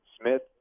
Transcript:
Smith